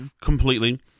completely